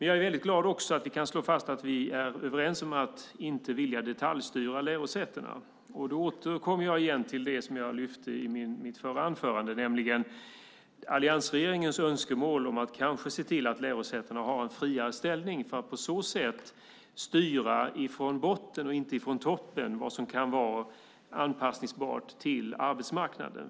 Jag är också glad över att vi kan slå fast att vi är överens om att inte vilja detaljstyra lärosätena. Jag återkommer till det som jag lyfte fram i mitt förra inlägg, nämligen alliansregeringens önskemål om att kanske se till att lärosätena har en friare ställning för att på så sätt styra från botten och inte från toppen vad som kan vara anpassningsbart till arbetsmarknaden.